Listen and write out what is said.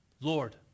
Lord